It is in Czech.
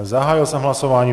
Zahájil jsem hlasování.